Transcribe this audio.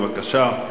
בבקשה.